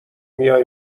میای